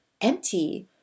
empty